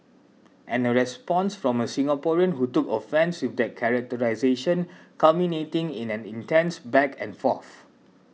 and a response from a Singaporean who took offence with that characterisation culminating in an intense back and forth